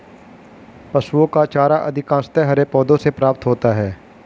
पशुओं का चारा अधिकांशतः हरे पौधों से प्राप्त होता है